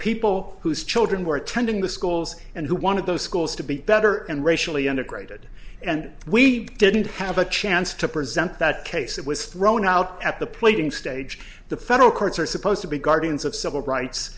people whose children were attending the schools and who wanted those schools to be better and racially integrated and we didn't have a chance to present that case that was thrown out at the pleading stage the federal courts are supposed to be guardians of civil rights